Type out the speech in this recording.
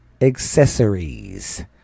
accessories